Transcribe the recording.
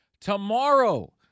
Tomorrow